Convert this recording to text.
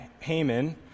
Haman